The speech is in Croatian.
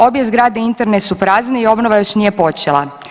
Obje zgrade interne su prazne i obnova još nije počela.